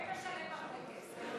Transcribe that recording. ומשלם הרבה כסף.